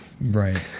Right